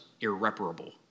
irreparable